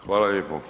Hvala lijepo.